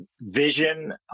vision